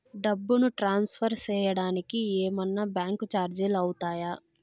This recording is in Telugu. డబ్బును ట్రాన్స్ఫర్ సేయడానికి ఏమన్నా బ్యాంకు చార్జీలు అవుతాయా?